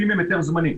שעובדים עם היתר זמני.